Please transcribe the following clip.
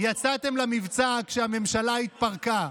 יצאתם למבצע כשהממשלה התפרקה.